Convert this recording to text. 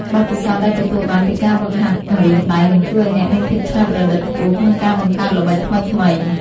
បទពិសោធន៍ដែលទទួលបានពីការហ្វឹកហាត់ម្រាមដៃនឹងជួយឱ្យអ្នកមានភាពច្នៃប្រឌិតខ្ពស់ក្នុងការបង្កើតល្បិចថ្មីៗ។